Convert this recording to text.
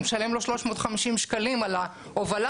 הוא משלם לו 350 שקלים על ההובלה.